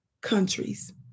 countries